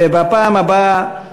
ובפעם הבאה,